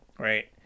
Right